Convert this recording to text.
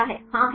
हा है सही